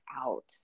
out